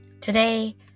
Today